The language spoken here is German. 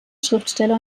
schriftsteller